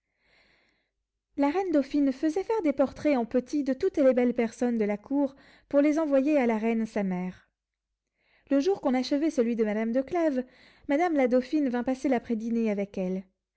la reine dauphine faisait faire des portraits en petit de toutes les belles personnes de la cour pour les envoyer à la reine sa mère le jour qu'on achevait celui de madame de clèves madame la dauphine vint passer l'après-dînée chez elle